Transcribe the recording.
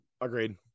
agreed